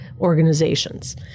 organizations